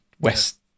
West